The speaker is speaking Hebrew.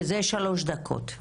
שלוש דקות.